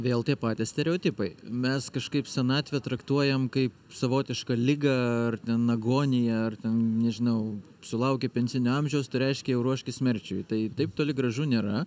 vėl tie patys stereotipai mes kažkaip senatvę traktuojam kaip savotišką ligą ar ten agoniją ar nežinau sulauki pensinio amžiaus tai reiškia jau ruoškis mirčiai tai taip toli gražu nėra